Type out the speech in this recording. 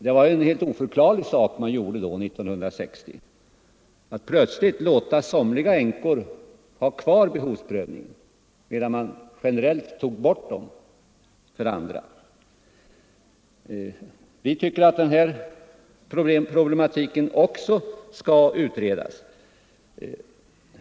Det var något alldeles oförklarligt som man gjorde 1960. Man lät behovsprövningen finnas kvar för somliga änkor medan man generellt tog bort den för andra. Vi tycker att den här problematiken också skall utredas.